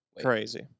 Crazy